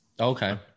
okay